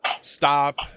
stop